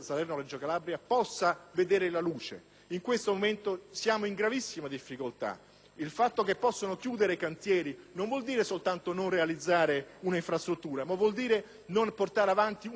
Il fatto che possono chiudere cantieri non vuol dire soltanto non realizzare un'infrastruttura, ma non portare avanti una parte del Paese. Ripeto, purtroppo questo sta iniziando ad avvenire in altre parti del Paese.